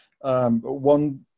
One